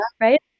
right